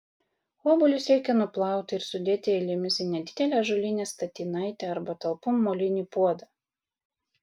obuolius reikia nuplauti ir sudėti eilėmis į nedidelę ąžuolinę statinaitę arba talpų molinį puodą